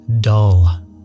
dull